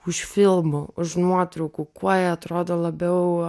už filmų už nuotraukų kuo jie atrodo labiau